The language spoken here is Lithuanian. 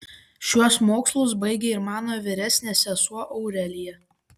šiuos mokslus baigė ir mano vyresnė sesuo aurelija